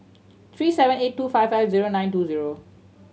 three seven eight two five five zero nine two zero